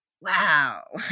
wow